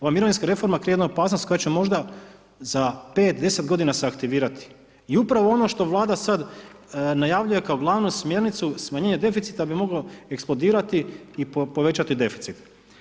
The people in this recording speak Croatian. Ova mirovinska reforma krije jednu opasnost koja će možda za 5, 10 godina se aktivirati, i upravo ono što Vlada sad najavljuje kao glavnu smjernicu smanjenje deficita, bi mogao eksplodirati i povećati deficit.